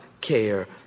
care